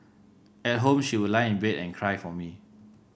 at home she would lie in bed and cry for me